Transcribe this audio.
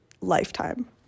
lifetime